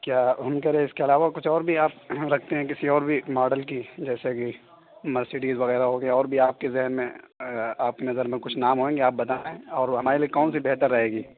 کیا ہم کہہ رہے اس کے علاوہ کچھ اور بھی آپ رکھتے ہیں کسی اور بھی ماڈل کی جیسے کہ مرسڈیز وغیرہ ہو گیا اور بھی آپ کے ذہن میں آپ کی نظر میں کچھ نام ہوں گے آپ بتائیں اور ہمارے لیے کون سی بہتر رہے گی